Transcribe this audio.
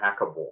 hackable